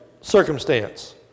circumstance